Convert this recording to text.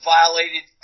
violated